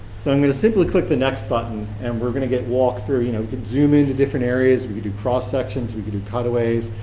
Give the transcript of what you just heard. so i'm going to simply click the next button and we're going to get walked through, you know you can zoom into different areas. we do cross sections. we we do cutaways.